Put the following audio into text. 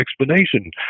explanation